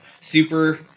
Super